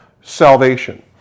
salvation